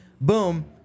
boom